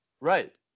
Right